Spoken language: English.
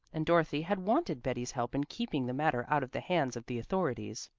and dorothy had wanted betty's help in keeping the matter out of the hands of the authorities.